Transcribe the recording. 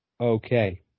okay